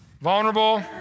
Vulnerable